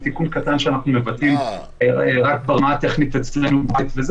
כמה חודשים זה יכול להיות שלושה וזה